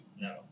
No